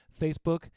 Facebook